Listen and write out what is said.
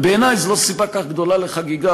בעיני זו לא סיבה כל כך גדולה לחגיגה,